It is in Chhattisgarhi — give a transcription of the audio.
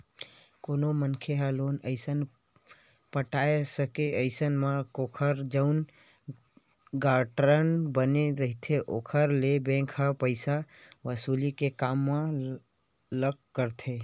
कोनो मनखे ह लोन नइ पटाय सकही अइसन म ओखर जउन गारंटर बने रहिथे ओखर ले बेंक ह पइसा वसूली के काम ल करथे